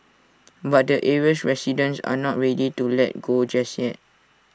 but the area's residents are not ready to let go just yet